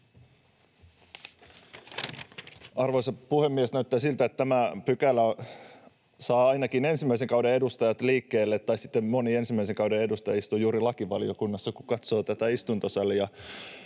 Arvoisa puhemies! Näyttää siltä, että tämä pykälä saa ainakin ensimmäisen kauden edustajat liikkeelle, tai sitten moni ensimmäisen kauden edustaja istuu juuri lakivaliokunnassa, kun katsoo tätä istuntosalia.